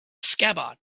scabbard